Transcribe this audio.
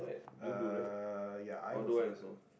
uh ya I was exclude it